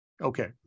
Okay